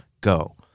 go